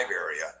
area